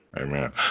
Amen